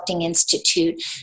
Institute